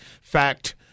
fact